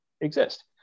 exist